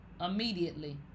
immediately